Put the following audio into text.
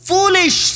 Foolish